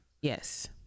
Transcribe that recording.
yes